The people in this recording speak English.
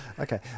Okay